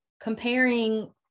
comparing